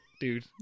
dude